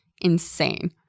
Insane